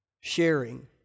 sharing